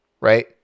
right